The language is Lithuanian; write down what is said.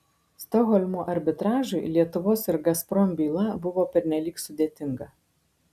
stokholmo arbitražui lietuvos ir gazprom byla buvo pernelyg sudėtinga